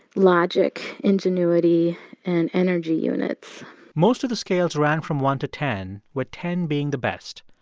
logic, ingenuity and energy units most of the scales ran from one to ten, with ten being the best.